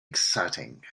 exciting